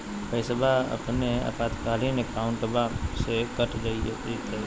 पैस्वा अपने आपातकालीन अकाउंटबा से कट जयते?